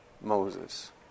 Moses